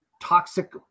toxic